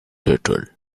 turtle